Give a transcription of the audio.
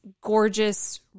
gorgeous